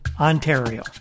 ontario